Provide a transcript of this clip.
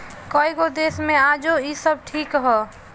कएगो देश मे आजो इ सब ठीक ह